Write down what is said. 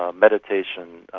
um meditation, ah